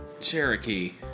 Cherokee